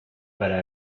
para